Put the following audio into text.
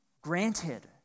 granted